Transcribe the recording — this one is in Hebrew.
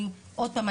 עוד פעם,